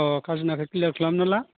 अह खाजोनाखौ क्लियार खालामना ला